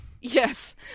Yes